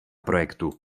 projektu